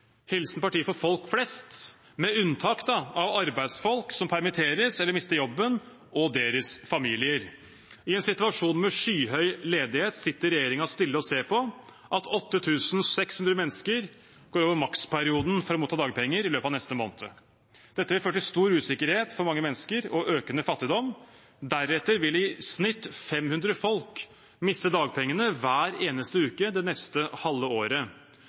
for folk flest, med unntak av arbeidsfolk som permitteres eller mister jobben og deres familier. I en situasjon med skyhøy ledighet sitter regjeringen stille og ser på at 8 600 mennesker går over maksperioden for å motta dagpenger i løpet av neste måned. Dette vil føre til stor usikkerhet for mange mennesker og økende fattigdom. Deretter vil i snitt 500 folk miste dagpengene hver eneste uke det neste halve året.